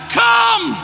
come